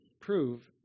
prove